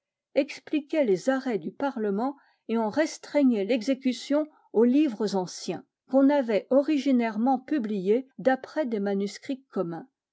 expliquait les arrêts du parlement et en restreignait l'exécution aux livres anciens qu'on avait originairement publiés d'après des manuscrits communs